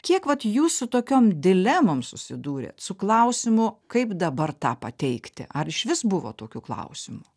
kiek vat jūs su tokiom dilemom susidūrėt su klausimu kaip dabar tą pateikti ar išvis buvo tokių klausimų